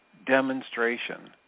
demonstration